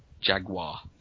Jaguar